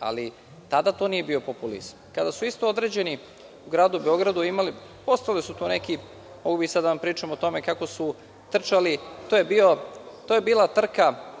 ali to tada nije bio populizam. Kada su isto određeni u gradu Beogradu imali, a postojali su tu neki, mogao bih sada da vam tu pričam o tome kako su trčali, to je bila trka